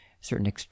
certain